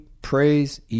praise